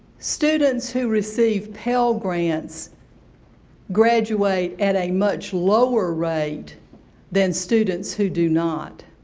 students who receive pell grants graduate at a much lower rate than students who do not.